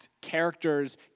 characters